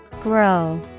Grow